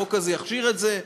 החוק הזה יכשיר את זה?